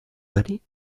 vallée